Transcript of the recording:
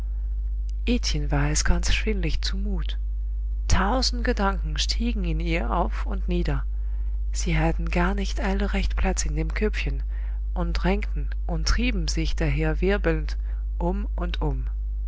war es ganz schwindlig zu mut tausend gedanken stiegen in ihr auf und nieder sie hatten gar nicht alle recht platz in dem köpfchen und drängten und trieben sich daher wirbelnd um und um